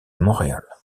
montréal